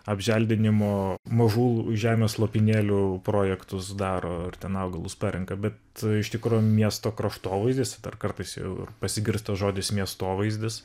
apželdinimo mažų žemės lopinėlių projektus daro ir ten augalus parenka bet iš tikro miesto kraštovaizdis dar kartais jau ir pasigirsta žodis miestovaizdis